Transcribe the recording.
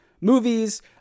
movies